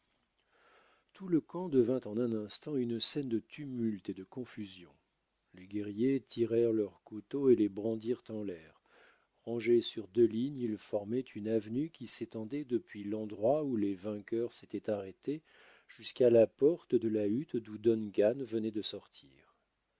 tout le camp devint en un instant une scène de tumulte et de confusion les guerriers tirèrent leurs couteaux et les brandirent en l'air rangés sur deux lignes ils formaient une avenue qui s'étendait depuis l'endroit où les vainqueurs s'étaient arrêtés jusqu'à la porte de la hutte d'où duncan venait de sortir